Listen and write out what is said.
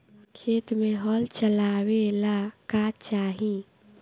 खेत मे हल चलावेला का चाही?